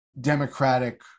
democratic